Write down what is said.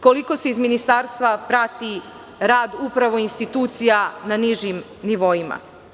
Koliko se iz ministarstva prati rad upravo institucija na nižim nivoima?